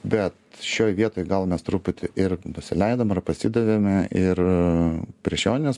bet šioj vietoj gal mes truputį ir nusileidom ar pasidavėme ir prieš jonines